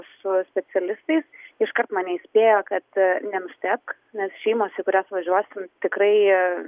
su specialistais iškart mane įspėjo kad nenustebk nes šeimos į kurias važiuosim tikrai